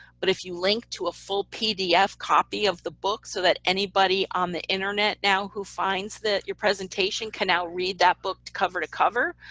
but if you link to a full pdf copy of the book, so that anybody on the internet now who finds that your presentation can now read that book cover to cover,